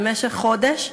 במשך חודש,